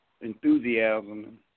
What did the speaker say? enthusiasm